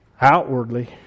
outwardly